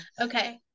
Okay